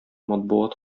матбугат